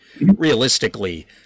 realistically